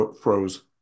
froze